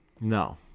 No